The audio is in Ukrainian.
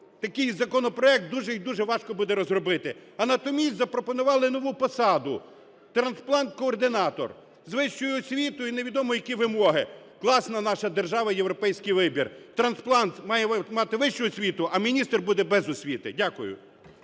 такий законопроект дуже і дуже важко буде розробити. А натомість запропонували нову посаду – трансплант-координатор з вищою освітою, і невідомо які вимоги. Класна наша держава, європейський вибір: трансплант має мати вищу освіту, а міністр буде без освіти. Дякую.